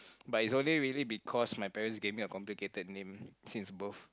but it's only really because my parents gave me a complicated name since birth